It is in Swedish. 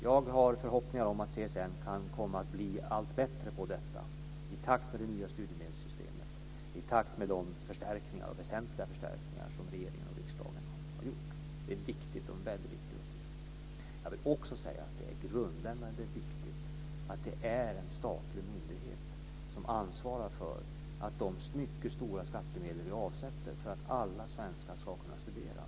Jag har förhoppningar om att CSN kan komma att bli allt bättre på detta i takt med att det nya studiemedelssystemet slår igenom och i takt med de väsentliga förstärkningar som regeringen och riksdagen har gjort. Det är en väldigt viktig uppgift. Jag vill också säga att det är grundläggande och viktigt att det är en statlig myndighet som ansvarar för de mycket stora skattemedel vi avsätter för att alla svenskar ska kunna studera.